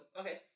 okay